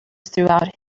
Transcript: throughout